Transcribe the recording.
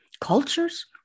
cultures